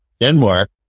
Denmark